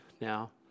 now